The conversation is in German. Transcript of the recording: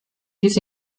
dies